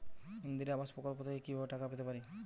ইন্দিরা আবাস প্রকল্প থেকে কি ভাবে টাকা পেতে পারি?